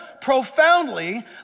profoundly